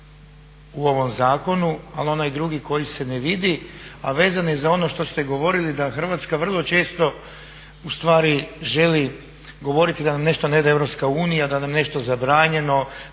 u ovom zakonu ali onaj drugi koji se ne vidi, a vezan je za ono što ste govorili da Hrvatska vrlo često ustvari želi govoriti da nam nešto ne daje EU, da nam je nešto zabranjeno,